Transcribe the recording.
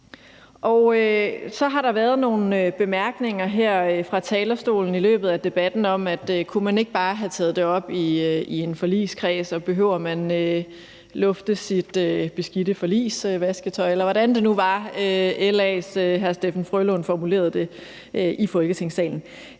Så har der været nogle bemærkninger her fra talerstolen i løbet af debatten om, om ikke bare man kunne tage det op i en forligskreds, og om man behøver at lufte sit beskidte forligsvasketøj, eller hvordan det nu var LA's hr. Steffen W. Frølund formulerede det i Folketingssalen.